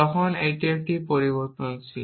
তখন এটি একটি পরিবর্তনশীল